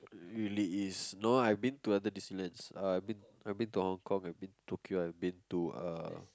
really is no I've been to other Disneylands uh I've been to Hong Kong I've been Tokyo I've been to uh